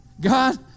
God